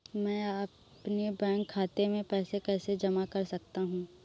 मैं अपने बैंक खाते में पैसे कैसे जमा कर सकता हूँ?